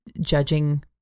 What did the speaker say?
judging